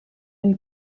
une